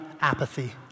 apathy